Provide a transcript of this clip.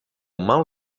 mal